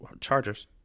Chargers